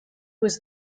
was